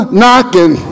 knocking